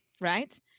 right